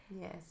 Yes